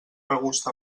regust